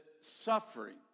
suffering